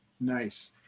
Nice